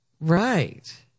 Right